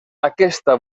aquesta